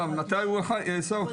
אחד --- מתי הוא עשה אותו?